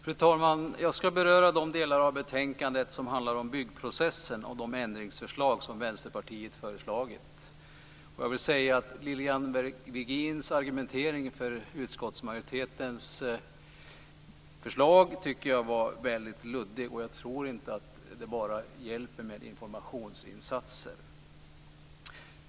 Fru talman! Jag ska beröra de delar av betänkandet som handlar om byggprocessen och de ändringsförslag som Vänsterpartiet har lagt fram. Lilian Virgins argumentering för utskottsmajoritetens förslag har varit luddig. Jag tror inte att det hjälper med bara informationsinsatser.